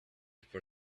for